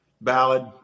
ballad